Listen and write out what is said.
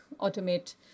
automate